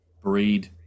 breed